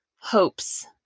hopes